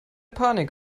panik